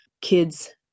kids